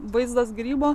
vaizdas grybo